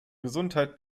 gesundheit